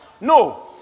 No